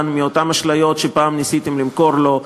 מאותן אשליות שפעם ניסיתם למכור לו,